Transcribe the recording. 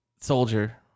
soldier